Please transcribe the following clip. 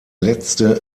letzte